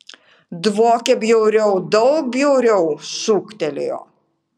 dvokia bjauriau daug bjauriau šūktelėjo